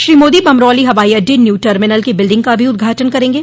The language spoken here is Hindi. श्री मोदी बमरौली हवाई अड्डे न्यू टर्मिनल की बिल्डिंग का भी उद्घाटन करेंगे